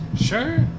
Sure